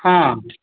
ಹಾಂ